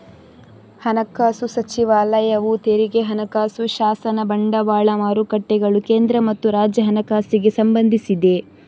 ಹಣಕಾಸು ಸಚಿವಾಲಯವು ತೆರಿಗೆ, ಹಣಕಾಸು ಶಾಸನ, ಬಂಡವಾಳ ಮಾರುಕಟ್ಟೆಗಳು, ಕೇಂದ್ರ ಮತ್ತು ರಾಜ್ಯ ಹಣಕಾಸಿಗೆ ಸಂಬಂಧಿಸಿದೆ